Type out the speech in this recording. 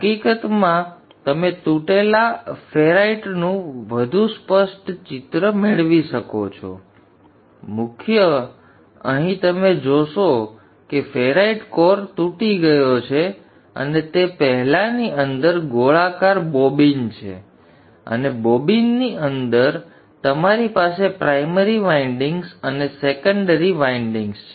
હકીકતમાં તમે તૂટેલા ફેરાઇટનું વધુ સ્પષ્ટ ચિત્ર મેળવી શકો છો મુખ્ય અહીં તમે જોશો કે ફેરાઇટ કોર તૂટી ગયો છે અને તે પહેલાની અંદર આ ગોળાકાર બોબિન છે અને બોબિનની અંદર તમારી પાસે પ્રાઇમરી વાઇન્ડિંગ્સ અને સેકન્ડરી વાઇન્ડિંગ્સ છે